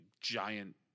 giant